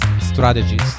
strategies